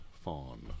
fawn